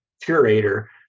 curator